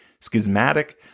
schismatic